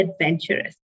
adventurous